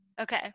okay